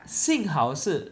幸好是